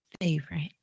favorite